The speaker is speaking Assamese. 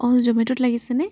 অঁ জমেটোত লাগিছেনে